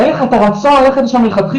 אין לך את הרצון ללכת לשם מלכתחילה,